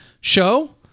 show